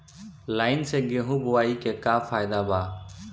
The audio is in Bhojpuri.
लाईन से गेहूं बोआई के का फायदा बा?